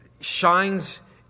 shines